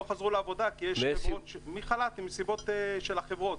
לא חזרו לעבודה מחל"ת, מסיבות של החברות.